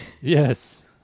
Yes